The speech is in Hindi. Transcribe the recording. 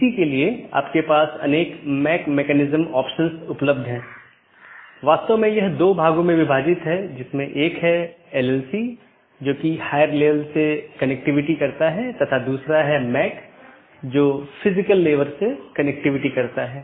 इसलिए पथ का वर्णन करने और उसका मूल्यांकन करने के लिए कई पथ विशेषताओं का उपयोग किया जाता है और राउटिंग कि जानकारी तथा पथ विशेषताएं साथियों के साथ आदान प्रदान करते हैं इसलिए जब कोई BGP राउटर किसी मार्ग की सलाह देता है तो वह मार्ग विशेषताओं को किसी सहकर्मी को विज्ञापन देने से पहले संशोधित करता है